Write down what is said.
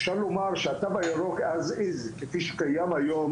אפשר לומר שהתו הירוקas is כפי שקיים היום